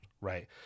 right